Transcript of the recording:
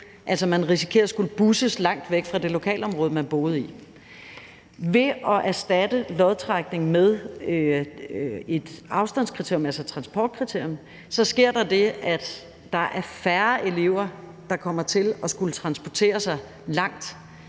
man kunne risikere at skulle busses langt væk fra det lokalområde, man boede i. Ved at erstatte lodtrækning med et afstandskriterium, altså et transportkriterium, så sker der det, at der er færre elever, der kommer til at skulle transportere sig langt